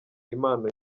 impano